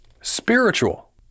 spiritual